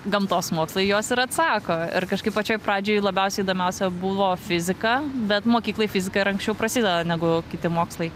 gamtos mokslai į juos ir atsako ir kažkaip pačioj pradžioj labiausiai įdomiausia buvo fizika bet mokykloj fizika ir anksčiau prasideda negu kiti mokslai